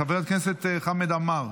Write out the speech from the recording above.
חבר הכנסת חמד עמאר,